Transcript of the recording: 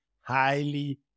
highly